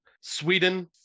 Sweden